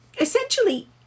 essentially